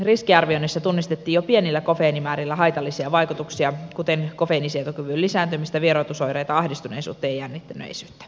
riskiarvioinnissa tunnistettiin jo pienillä kofeiinimäärillä haitallisia vaikutuksia kuten kofeiinin sietokyvyn lisääntymistä vieroitusoireita ahdistuneisuutta ja jännittyneisyyttä